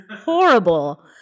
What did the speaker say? horrible